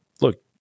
look